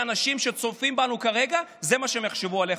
זה מה שאנשים שצופים בנו כרגע יחשבו עליך,